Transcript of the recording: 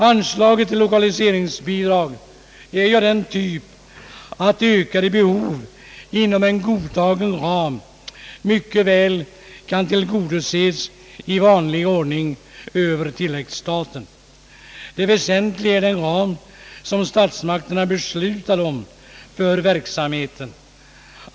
Anslaget till lokaliseringsbidrag är ju av den typ att ökade behov inom en godtagen ram mycket väl kan tillgodoses i vanlig ordning över tilläggsstaten. Det väsentliga är den ram som statsmakterna beslutar om för verksamheten.